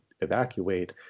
evacuate